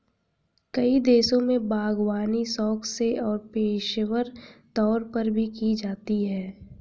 कई देशों में बागवानी शौक से और पेशेवर तौर पर भी की जाती है